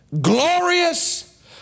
glorious